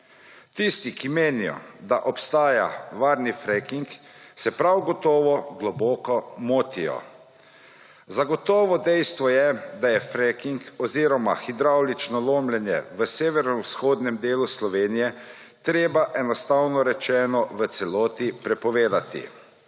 Tisti, ki menijo, da obstaja varni fracking, se prav gotovo globoko motijo. Zagotovo dejstvo je, da je fracking oziroma hidravlično lomljenje v severovzhodnem delu Slovenije treba, enostavno rečeno, v celoti prepovedati.